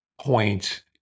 point